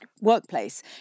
workplace